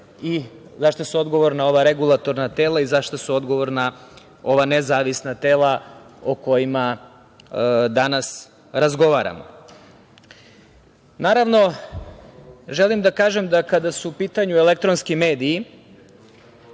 za šta su odgovorna ova regulatorna tela i zašta su odgovorna ova nezavisna tela o kojima danas razgovaramo. Naravno, želim da kažem kada su u pitanju elektronski mediji